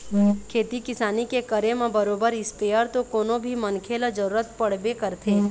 खेती किसानी के करे म बरोबर इस्पेयर तो कोनो भी मनखे ल जरुरत पड़बे करथे